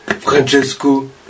Francesco